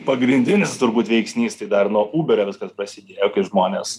pagrindinis turbūt veiksnys dar nuo uberio viskas prasidėjo kai žmonės